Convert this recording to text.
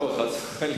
לא, חס וחלילה.